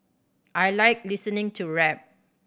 I like listening to rap